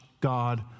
God